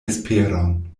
esperon